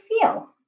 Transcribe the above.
feel